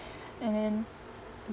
and then